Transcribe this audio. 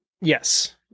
Yes